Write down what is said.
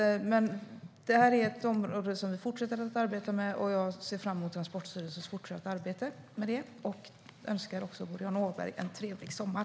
Det här är ett område som vi fortsätter att arbeta med, och jag ser fram emot Transportstyrelsens fortsatta arbete med det. Jag önskar också Boriana Åberg en trevlig sommar!